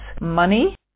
money